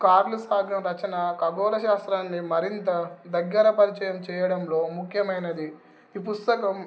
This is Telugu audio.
కార్లు సాగం రచన ఖగోళ శాస్త్రాన్ని మరింత దగ్గర పరిచయం చేయడంలో ముఖ్యమైనది ఈ పుస్తకం